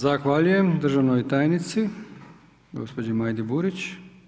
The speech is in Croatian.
Zahvaljujem državnoj tajnici gospođi Majdi Burić.